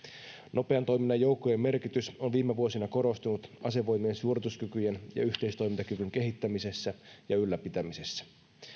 nopean toiminnan joukkojen merkitys on viime vuosina korostunut asevoimien suorituskykyjen ja yhteistoimintakyvyn kehittämisessä ja ylläpitämisessä